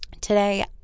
Today